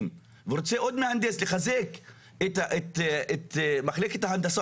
ורוצה עוד מהנדס לחזק את מחלקת ההנדסה,